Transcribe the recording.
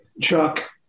chuck